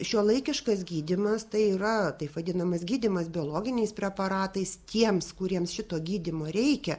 šiuolaikiškas gydymas tai yra taip vadinamas gydymas biologiniais preparatais tiems kuriems šito gydymo reikia